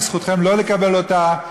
זכותכם לא לקבל אותה,